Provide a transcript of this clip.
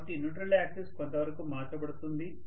కాబట్టి neutral axis కొంతవరకు మార్చబడుతుంది